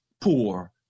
poor